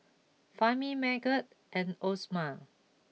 Fahmi Megat and Osman